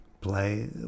play